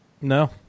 No